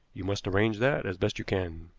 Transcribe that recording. you must arrange that as best you can.